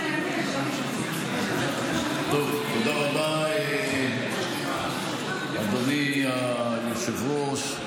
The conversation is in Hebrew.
תודה רבה, אדוני היושב-ראש.